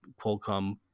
Qualcomm